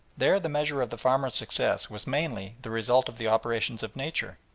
there the measure of the farmer's success was mainly the result of the operations of nature,